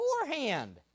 beforehand